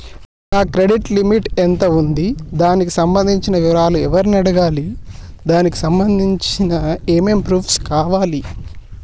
నా credit limit ఎంత ఉంది? దానికి సంబంధించిన వివరాలు ఎవరిని అడగాలి? దానికి సంబంధించిన ఏమేం ప్రూఫ్స్ కావాలి?